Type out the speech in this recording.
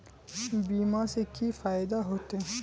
बीमा से की फायदा होते?